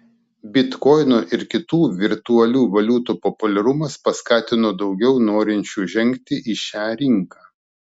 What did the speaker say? bitkoino ir kitų virtualių valiutų populiarumas paskatino daugiau norinčių žengti į šią rinką